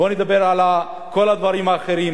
בוא נדבר על כל הדברים האחרים,